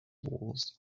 walls